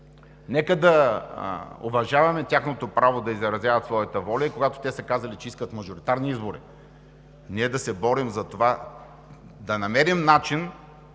нека да уважаваме тяхното право да изразяват своята воля и когато те са казали, че искат мажоритарни избори, ние да се борим за това да намерим начин